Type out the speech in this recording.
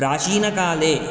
प्राचीनकाले